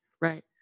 right